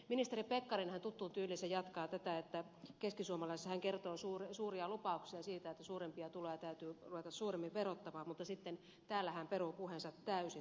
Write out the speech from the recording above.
ministeri pekkarinenhan tuttuun tyyliinsä jatkaa tätä että keskisuomalaisessa hän kertoo suuria lupauksia siitä että suurempia tuloja täytyy ruveta suuremmin verottamaan mutta sitten tässä talossa hän peruu puheensa täysin